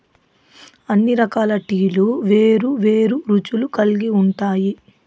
అన్ని రకాల టీలు వేరు వేరు రుచులు కల్గి ఉంటాయి